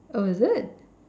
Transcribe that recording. oh is it